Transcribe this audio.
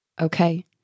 okay